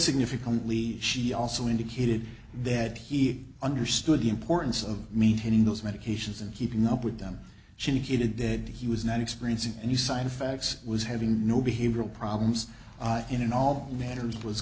significantly she also indicated that he understood the importance of maintaining those medications and keeping up with them she hated that he was not experiencing any side effects was having no behavioral problems in a